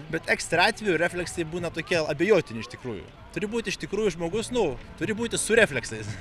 bet extra atveju refleksai būna tokie abejotini iš tikrųjų turi būti iš tikrųjų žmogus nu turi būti su refleksais